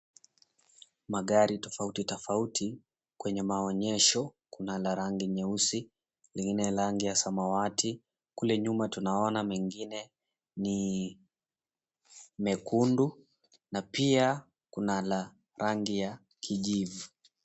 Magari tofauti tofauti kwenye maonyesho kuna la rangi nyeusi, ingine la rangi ya samawati. Kule nyuma tunaona mengine ni mekundu na pia kuna la rangi ya kijivu.